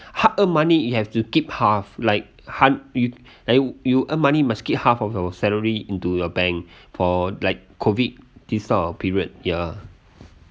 hard earned money you have to keep half like han~ you like you earn money must keep half of our salary into your bank for like COVID this type of period ya